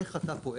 איך אתה פועל